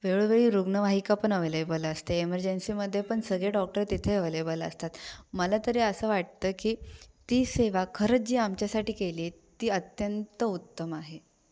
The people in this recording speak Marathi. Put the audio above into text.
वेळोवेळी रुग्णवाहिका पण अवेलेबल असते एमर्जन्सीमध्ये पण सगळे डॉक्टर तिथे अवेलेबल असतात मला तरी असं वाटतं की ती सेवा खरंच जी आमच्यासाठी केली आहे ती अत्यंत उत्तम आहे